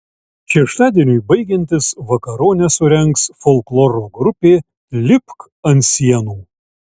šeštadieniui baigiantis vakaronę surengs folkloro grupė lipk ant sienų